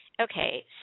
Okay